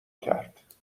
کرد